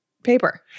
Paper